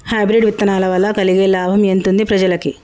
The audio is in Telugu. హైబ్రిడ్ విత్తనాల వలన కలిగే లాభం ఎంతుంది ప్రజలకి?